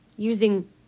Using